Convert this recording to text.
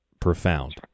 profound